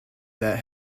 that